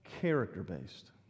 Character-based